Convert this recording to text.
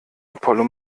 apollo